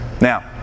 Now